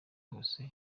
hose